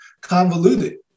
convoluted